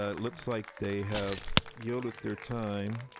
ah looks like they have yielded their time.